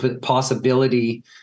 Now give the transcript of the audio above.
possibility